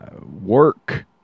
Work